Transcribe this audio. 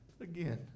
again